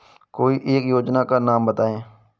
कोई एक योजना का नाम बताएँ?